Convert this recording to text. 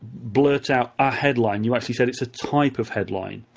blurt out a headline, you actually said it's a type of headline.